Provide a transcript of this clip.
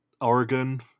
Oregon